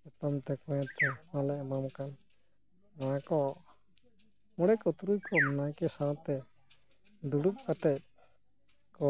ᱡᱚᱛᱚᱱ ᱛᱮ ᱠᱚᱭᱮᱸ ᱛᱮ ᱱᱚᱜᱼᱚᱭ ᱞᱮ ᱮᱢᱟᱢ ᱠᱟᱱ ᱱᱚᱣᱟᱠᱚ ᱢᱚᱬᱮᱠᱚ ᱛᱩᱨᱩᱭ ᱠᱚ ᱱᱟᱭᱠᱮ ᱥᱟᱶᱛᱮ ᱫᱩᱲᱩᱵ ᱠᱟᱛᱮᱜ ᱠᱚ